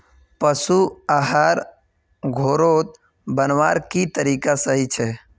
पशु आहार घोरोत बनवार की तरीका सही छे?